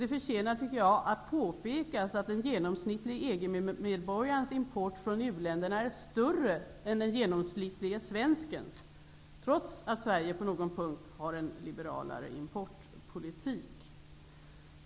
Det förtjänar påpekas att den genomsnittlige EG medborgarens import från u-länderna är större än den genomsnittlige svenskens, trots att Sverige på någon punkt har en liberalare importpolitik.